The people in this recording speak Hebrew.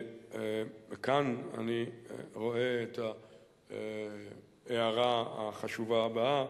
כאן אני רואה את ההערה החשובה הבאה,